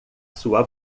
sua